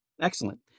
Excellent